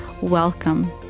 Welcome